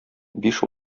биш